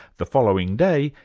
the following day,